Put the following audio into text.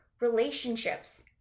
relationships